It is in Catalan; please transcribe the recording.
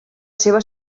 seva